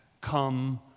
come